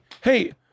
hey